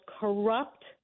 corrupt